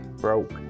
broke